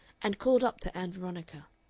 and called up to ann veronica,